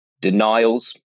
denials